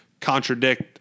contradict